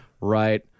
right